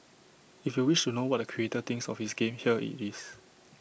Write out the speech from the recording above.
if you wish to know what the creator thinks of his game here IT is